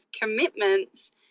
commitments –